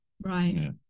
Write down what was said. Right